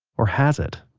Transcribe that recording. or has it?